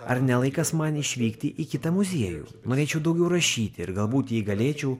ar ne laikas man išvykti į kitą muziejų norėčiau daugiau rašyti ir galbūt jei galėčiau